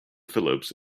phillips